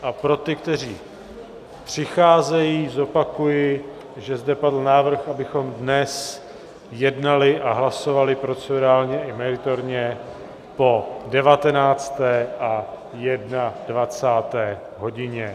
A pro ty, kteří přicházejí, zopakuji, že zde padl návrh, abychom dnes jednali a hlasovali procedurálně i meritorně po 19. a 21. hodině.